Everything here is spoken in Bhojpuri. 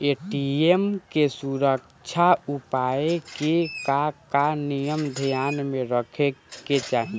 ए.टी.एम के सुरक्षा उपाय के का का नियम ध्यान में रखे के चाहीं?